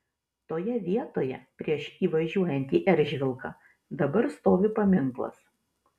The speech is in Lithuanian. toje vietoje prieš įvažiuojant į eržvilką dabar stovi paminklas